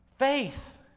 Faith